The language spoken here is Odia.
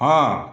ହଁ